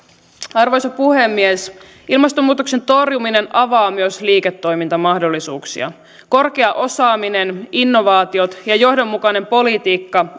arvoisa puhemies ilmastonmuutoksen torjuminen avaa myös liiketoimintamahdollisuuksia korkea osaaminen innovaatiot ja johdonmukainen politiikka